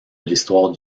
l’histoire